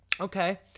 Okay